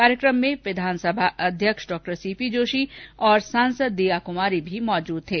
कार्यक्रम में विधानसभा अध्यक्ष डॉ सीपी जोशी और सांसद दिया क्मारी भी मौजूद थे